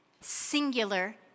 singular